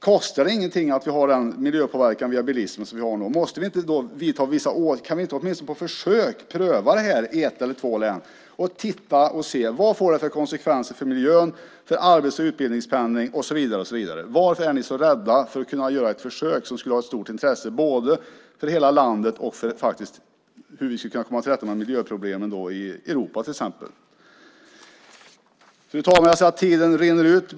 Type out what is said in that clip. Kostar det ingenting att vi har den miljöpåverkan från bilismen som vi har i dag? Måste vi inte då vidta vissa åtgärder? Kan vi inte åtminstone på försök pröva det här i ett eller två län och se vad det får för konsekvenser för miljön, för arbets och utbildningspendling och så vidare? Varför är ni så rädda för att göra ett försök som skulle vara av stort intresse, både för hela landet och faktiskt för hur vi skulle kunna komma till rätta med miljöproblemen i Europa? Fru talman! Jag ser att tiden rinner ut.